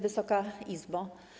Wysoka Izbo!